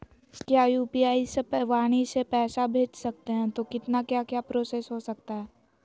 क्या यू.पी.आई से वाणी से पैसा भेज सकते हैं तो कितना क्या क्या प्रोसेस हो सकता है?